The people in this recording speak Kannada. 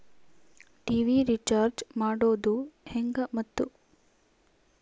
ಟಿ.ವಿ ರೇಚಾರ್ಜ್ ಮಾಡೋದು ಹೆಂಗ ಮತ್ತು?